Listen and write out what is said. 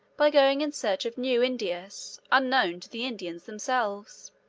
by going in search of new indias, unknown to the indians themselves.